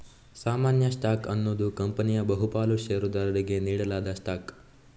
ಸಾಮಾನ್ಯ ಸ್ಟಾಕ್ ಅನ್ನುದು ಕಂಪನಿಯ ಬಹು ಪಾಲು ಷೇರುದಾರರಿಗೆ ನೀಡಲಾದ ಸ್ಟಾಕ್